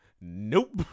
Nope